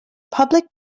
public